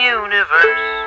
universe